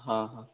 ହଁ ହଁ